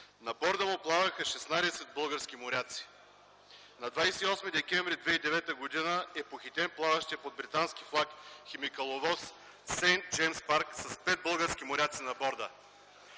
На борда му плаваха 16 български моряци. На 28 декември 2009 г. е похитен плаващият под британски флаг химикаловоз „Сейнт Джеймс парк” с 5 български моряци на борда.